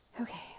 Okay